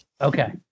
Okay